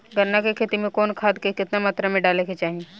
गन्ना के खेती में कवन खाद केतना मात्रा में डाले के चाही?